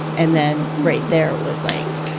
and then, right there, it was like,